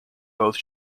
both